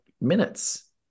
minutes